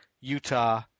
utah